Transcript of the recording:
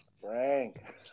Frank